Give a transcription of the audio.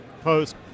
post